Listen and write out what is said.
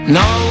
no